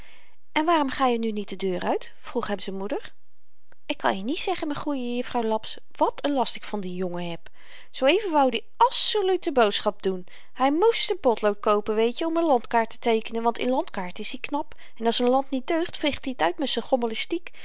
en waarom ga je nu niet de deur uit vroeg hem z'n moeder ik kan je niet zeggen m'n goeie juffrouw laps wat n last ik van dien jongen heb zoo-even woud i asseluut n boodschap doen hy moest n potlood koopen weetje om n landkaart te teekenen want in landkaarten is-i knap en als n land niet deugt veegt i t uit met